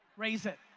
raise it.